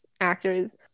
actors